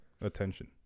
attention